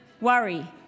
Worry